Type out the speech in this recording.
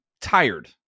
tired